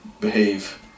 behave